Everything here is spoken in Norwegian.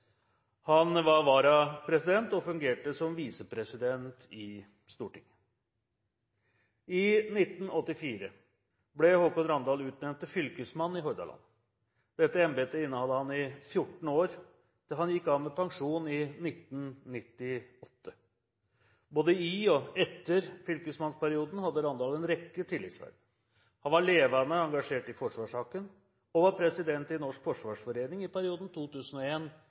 Han var varapresident – og fungerte som visepresident i Stortinget. I 1984 ble Håkon Randal utnevnt til fylkesmann i Hordaland. Dette embetet innehadde han i 14 år, til han gikk av med pensjon i 1998. Både i og etter fylkesmannsperioden hadde Randal en rekke tillitsverv. Han var levende engasjert i forsvarssaken og var president i Norges Forsvarsforening i perioden